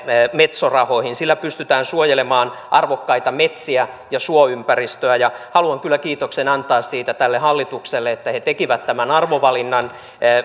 metso rahoihin sillä pystytään suojelemaan arvokkaita metsiä ja suoympäristöä ja haluan kyllä kiitokset antaa siitä tälle hallitukselle että se teki tämän arvovalinnan